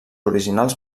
originals